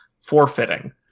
forfeiting